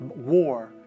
war